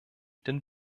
den